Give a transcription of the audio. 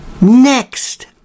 Next